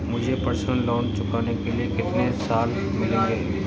मुझे personal loan चुकाने के लिए कितने साल मिलेंगे?